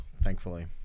thankfully